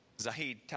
Zahid